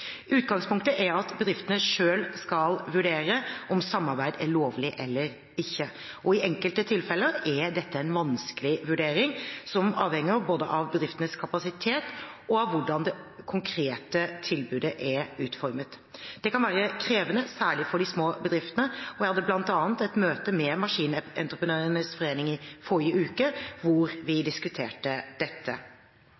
Utgangspunktet er at bedriftene selv skal vurdere om samarbeid er lovlig eller ikke. I enkelte tilfeller er dette en vanskelig vurdering, som avhenger både av bedriftenes kapasitet og av hvordan det konkrete tilbudet er utformet. Det kan være krevende, særlig for de små bedriftene. Jeg hadde bl.a. et møte med Maskinentreprenørenes Forbund i forrige uke hvor vi